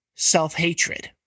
self-hatred